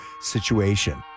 situation